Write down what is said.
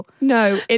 No